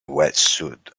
wetsuit